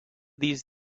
these